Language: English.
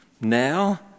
Now